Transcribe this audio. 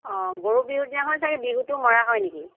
অঁ গৰু বিহু দিনাও হয় চাগে বিহুটো মৰা হয় নেকি